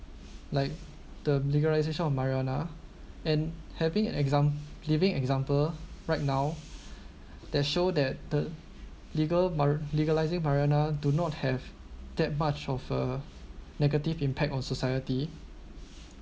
like the legalization of marijuana and having an exam~ living example right now that show that the legal legalizing marijuana do not have that much of uh negative impact on society